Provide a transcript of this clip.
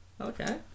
Okay